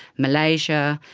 malaysia,